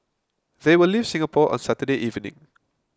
they will leave Singapore on Saturday evening